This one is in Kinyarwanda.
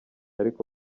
ariko